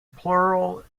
plural